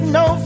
no